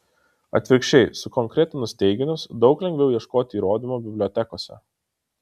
atvirkščiai sukonkretinus teiginius daug lengviau ieškoti įrodymų bibliotekose